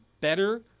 better